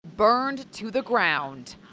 burned to the ground.